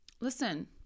listen